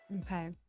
okay